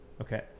Okay